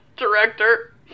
Director